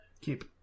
Keep